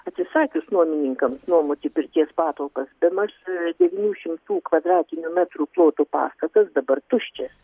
atsisakius nuomininkams nuomoti pirties patalpas bemaž devynių šimtų kvadratinių metrų ploto pastatas dabar tuščias